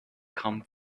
come